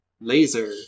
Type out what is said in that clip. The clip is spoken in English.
laser